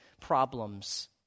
problems